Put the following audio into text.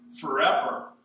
forever